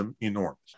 enormous